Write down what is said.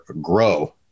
grow